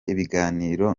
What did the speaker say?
ibiganiro